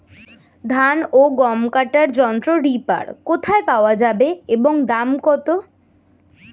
ধান ও গম কাটার যন্ত্র রিপার কোথায় পাওয়া যাবে এবং দাম কত?